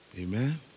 amen